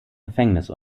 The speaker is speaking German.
gefängnis